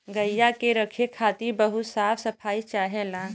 गइया के रखे खातिर बहुत साफ सफाई चाहेला